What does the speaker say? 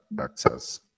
access